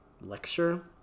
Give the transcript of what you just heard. lecture